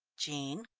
jean.